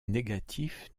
négatif